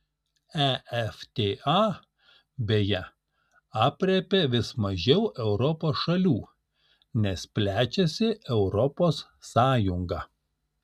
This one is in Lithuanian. efta beje aprėpia vis mažiau europos šalių nes plečiasi europos sąjunga